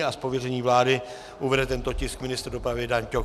Z pověření vlády uvede tento tisk ministr dopravy Daň Ťok.